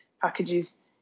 packages